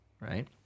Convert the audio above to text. right